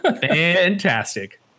Fantastic